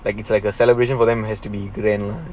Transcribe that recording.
like it's like a celebration for them has to be grand lah